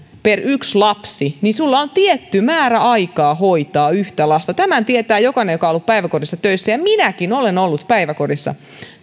per yksi lapsi on tietty määrä aikaa hoitaa sitä yhtä lasta tämän tietää jokainen joka on ollut päiväkodissa töissä minäkin olen ollut päiväkodissa